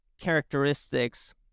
characteristics